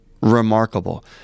remarkable